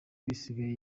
isigaye